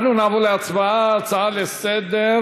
נעבור להצבעה על ההצעה לסדר-היום.